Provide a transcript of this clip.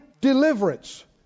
deliverance